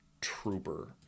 Trooper